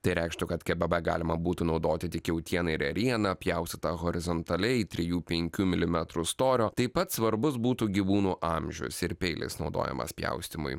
tai reikštų kad kebabe galima būtų naudoti tik jautieną ir ėrieną pjaustytą horizontaliai trijų penkių milimetrų storio taip pat svarbus būtų gyvūnų amžius ir peilis naudojamas pjaustymui